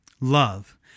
Love